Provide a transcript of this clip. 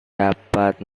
dapat